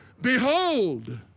Behold